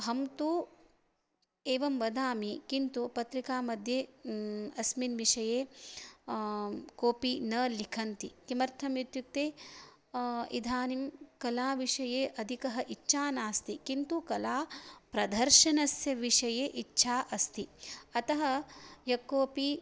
अहं तु एवं वदामि किन्तु पत्रिकायाः मध्ये अस्मिन् विषये कोऽपि न लिखन्ति किमर्थम् इत्युक्ते इदानीं कलाविषये अधिका इच्छा नास्ति किन्तु कला प्रदर्शनस्य विषये इच्छा अस्ति अतः यः कोऽपि